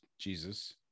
jesus